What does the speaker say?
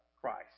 Christ